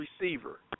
receiver